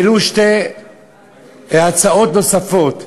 העלו שתי הצעות נוספות: